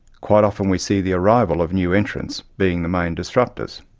quite often we see the arrival of new entrants being the main disrupters.